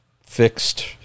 fixed